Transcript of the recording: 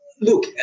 look